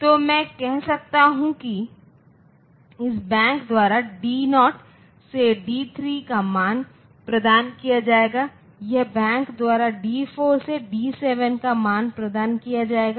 तो मैं कह सकता हूं कि इस बैंक द्वारा डी 0 से डी 3 का मान प्रदान किया जाएगा यह बैंक द्वारा डी 4 से डी 7 का मान प्रदान किया जाएगा